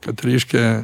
kad reiškia